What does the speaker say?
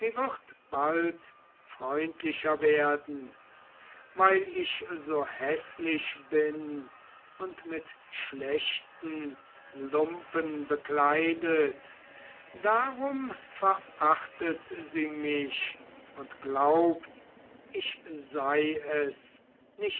bald freundlicher werden weil ich so häßlich bin und mit schlechten lumpen bekleidet darum verachtet sie mich und glaubt ich sei es